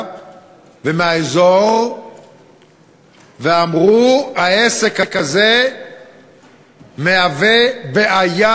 ומהאזור ואמרו: העסק הזה מהווה בעיה